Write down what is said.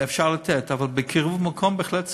אפשר לתת, אבל בקרבת מקום בהחלט צריך.